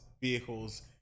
vehicles